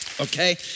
Okay